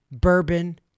Bourbon